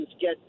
get